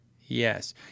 Yes